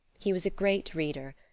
he was a great reader.